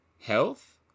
health